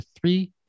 three